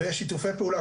ושיתופי פעולה.